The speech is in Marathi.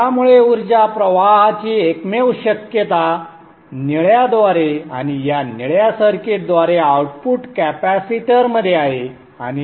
त्यामुळे ऊर्जा प्रवाहाची एकमेव शक्यता निळ्याद्वारे आणि या निळ्या सर्किटद्वारे आउटपुट कॅपेसिटर मध्ये आहे